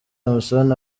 samson